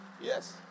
Yes